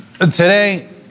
Today